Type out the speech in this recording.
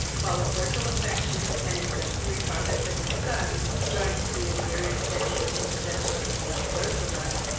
while the cordial affection and exemplary conduct of his son, joined to the endearing attentions of the gentle and beloved roseline,